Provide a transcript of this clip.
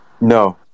No